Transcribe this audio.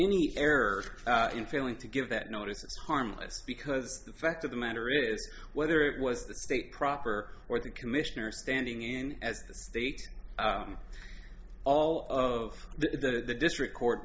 any error in failing to give that notice harmless because the fact of the matter is whether it was the state proper or the commissioner standing in as the state all of the district court